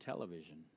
television